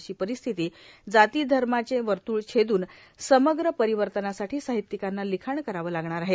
अशा परिस्थिती जाती धर्माचे वर्तूळ छेदून समग्र परिवर्तनासाठी साहित्यिकांना लिखाण करावे लागणार आहे